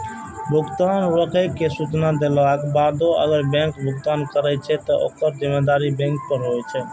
भुगतान रोकै के सूचना देलाक बादो अगर बैंक भुगतान करै छै, ते ओकर जिम्मेदारी बैंक पर होइ छै